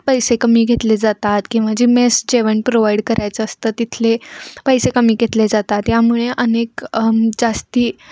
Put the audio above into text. पैसे कमी घेतले जातात किंवा जे मेस जेवण प्रोव्हाइड करायचं असतं तिथले पैसे कमी घेतले जातात यामुळे अनेक जास्त